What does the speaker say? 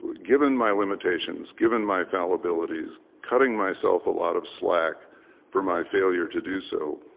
but given my limitations, given my fallibilities, cutting myself a lot of slack for my failure to do so,